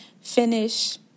finish